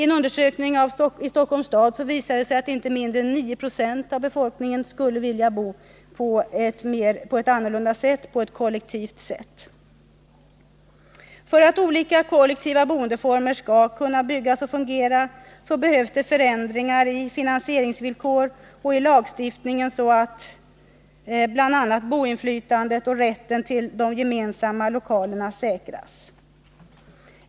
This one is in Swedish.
En undersökning i Stockholms stad visar att inte mindre än 9 9 av befolkningen skulle vilja bo på ett annorlunda sätt, kollektivt. För att olika kollektiva boendeformer skall kunna byggas upp och fungera behövs förändringar i finansieringsvillkor och i lagstiftning, så att bl.a. boendeinflytandet och rätten till de gemensamma lokalerna säkras.